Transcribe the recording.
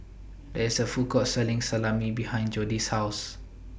There IS A Food Court Selling Salami behind Jody's House